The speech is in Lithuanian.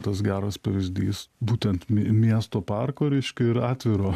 tas geras pavyzdys būtent miesto parko reiškia ir atviro